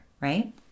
right